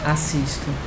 Assisto